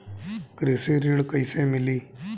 कृषि ऋण कैसे मिली?